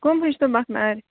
کُم ہِشہِ تُمبَکھ نارِ